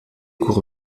cours